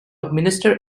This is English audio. minister